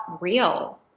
real